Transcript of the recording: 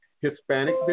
Hispanic